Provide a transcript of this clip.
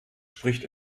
spricht